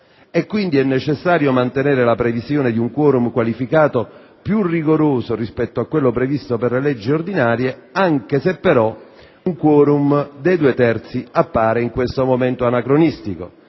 e quindi è necessario mantenere la previsione di un *quorum* qualificato più rigoroso rispetto a quello previsto per le leggi ordinarie, anche se però un *quorum* dei due terzi appare in questo momento anacronistico.